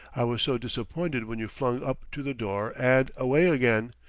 i was so disappointed when you flung up to the door and away again!